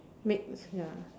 make ya